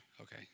okay